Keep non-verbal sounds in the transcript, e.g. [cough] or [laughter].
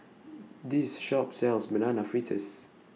[noise] This Shop sells Banana Fritters